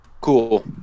Cool